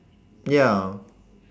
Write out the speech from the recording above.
ya